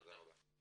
תודה רבה.